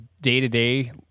day-to-day